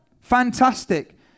Fantastic